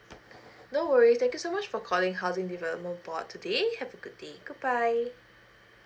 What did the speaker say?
no worries thank you so much for calling housing development board today have a good day goodbye